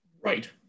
Right